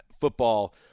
football